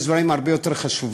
יש דברים הרבה יותר חשובים.